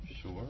Sure